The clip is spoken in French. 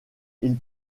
ils